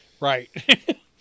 Right